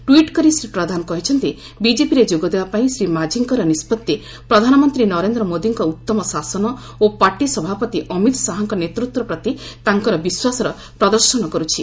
tweet କରି ଶ୍ରୀ ପ୍ରଧାନ କହିଛନ୍ତି ବିଜେପିରେ ଯୋଗଦେବା ପାଇଁ ଶ୍ରୀ ମାଝିଙ୍କର ନିଷ୍କଭି ପ୍ରଧାନମନ୍ତ୍ରୀ ନରେନ୍ଦ୍ର ମୋଦିଙ୍କ ଉତ୍ତମ ଶାସନ ଓ ପାର୍ଟି ସଭାପତି ଅମିତ ଶାହାଙ୍କ ନେତୃତ୍ୱ ପ୍ରତି ତାଙ୍କର ବିଶ୍ୱାସର ପ୍ରଦର୍ଶନ କର୍ରଛି